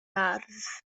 ardd